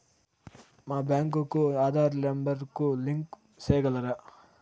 మా బ్యాంకు కు ఆధార్ నెంబర్ కు లింకు సేయగలరా?